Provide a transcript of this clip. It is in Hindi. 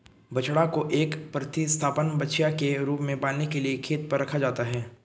बछड़ा को एक प्रतिस्थापन बछिया के रूप में पालने के लिए खेत पर रखा जाता है